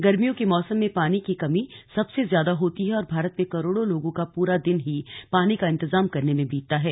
गर्मियों के मौसम में पानी की कमी सबसे ज्यादा होती है और भारत में करोड़ों लोगों का पूरा दिन ही पानी का इंतजाम करने में बीतता है